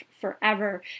forever